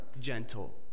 gentle